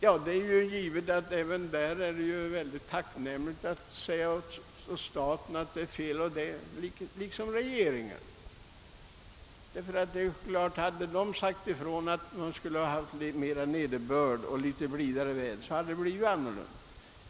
Man menar tydligen att regeringen har handlat felaktigt — hade den sagt ifrån att det skulle komma mer nederbörd och att vi skulle få blidare väder, skulle naturligtvis utvecklingen ha gått annorlunda.